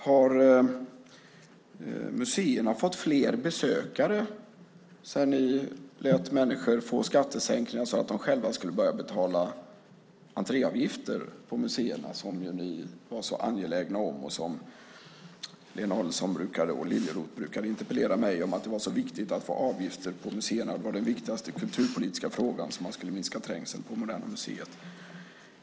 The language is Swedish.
Har museerna fått fler besökare sedan ni lät människor få skattesänkningar så att de själva skulle börja betala entréavgifter på museerna, som ni ju var så angelägna om och som Lena Adelsohn Liljeroth brukade interpellera mig om? Det var så viktigt att få avgifter på museerna. Det var den viktigaste kulturpolitiska frågan hur man skulle minska trängseln på Moderna museet.